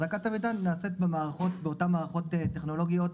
החזקת המידע נעשית באותן מערכות טכנולוגיות